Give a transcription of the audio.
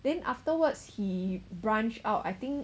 then afterwards he branch out I think